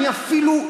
אני אפילו,